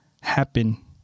happen